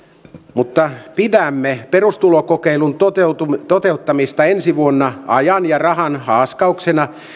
mutta pidämme perustulokokeilun toteuttamista toteuttamista ensi vuonna ajan ja rahan haaskauksena